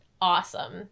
awesome